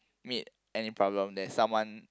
meet any problem there is someone